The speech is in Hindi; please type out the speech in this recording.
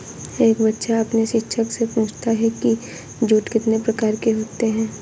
एक बच्चा अपने शिक्षक से पूछता है कि जूट कितने प्रकार के होते हैं?